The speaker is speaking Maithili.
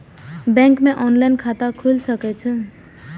बैंक में ऑनलाईन खाता खुल सके छे?